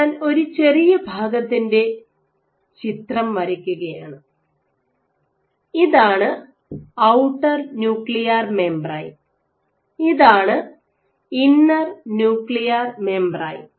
ഞാൻ ഒരു ചെറിയ ഭാഗത്തിന്റെ ചിത്രം വരയ്ക്കുകയാണ് ഇതാണ് ഔട്ടർ ന്യൂക്ലിയാർ മെംബറേൻ ഇതാണ് ഇന്നർ ന്യൂക്ലിയാർ മെംബ്രേയ്ൻ